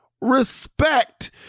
respect